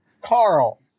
Carl